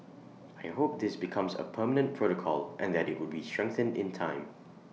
I hope this becomes A permanent protocol and that IT would be strengthened in time